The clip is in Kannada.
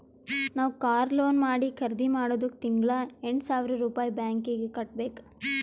ನಾವ್ ಕಾರ್ ಲೋನ್ ಮಾಡಿ ಖರ್ದಿ ಮಾಡಿದ್ದುಕ್ ತಿಂಗಳಾ ಎಂಟ್ ಸಾವಿರ್ ರುಪಾಯಿ ಬ್ಯಾಂಕೀಗಿ ಕಟ್ಟಬೇಕ್